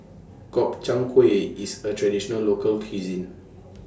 Gobchang Gui IS A Traditional Local Cuisine